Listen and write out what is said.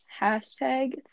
Hashtag